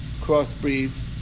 crossbreeds